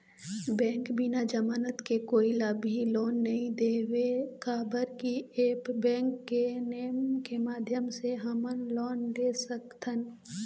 Bank बिना जमानत के कोई ला भी लोन नहीं देवे का बर की ऐप बैंक के नेम के माध्यम से हमन लोन ले सकथन?